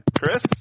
Chris